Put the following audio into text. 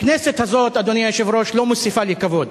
הכנסת הזאת, אדוני היושב-ראש, לא מוסיפה לי כבוד.